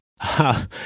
Ha